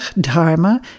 dharma